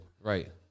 Right